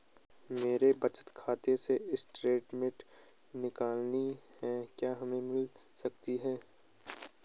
मेरे बचत खाते से स्टेटमेंट निकालनी है क्या हमें मिल सकती है?